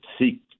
seek